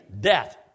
death